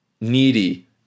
needy